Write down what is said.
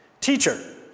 Teacher